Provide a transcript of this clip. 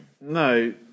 No